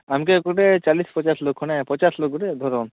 ଆମ୍ କେ ଗୋଟେ ଚାଲିଶ ପଚାଶ ଲୋକ ଖଣ୍ଡେ ପଚାଶ ଲୋକ୍ ଗୁଟେ ଧରୁନ୍